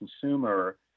consumer